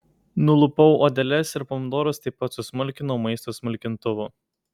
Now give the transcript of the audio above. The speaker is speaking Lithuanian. nulupau odeles ir pomidorus taip pat susmulkinau maisto smulkintuvu